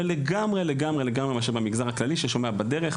לגמרי לגמרי מאשר במגזר הכללי ששומע בדרך,